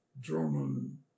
German